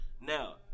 Now